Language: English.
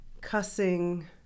cussing